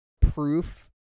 proof